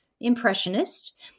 impressionist